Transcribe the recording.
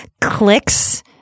clicks